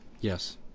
yes